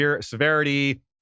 severity